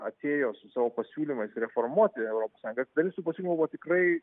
atėjo su savo pasiūlymais reformuoti europos sąjungą dalis tų pasiūlymų buvo tikrai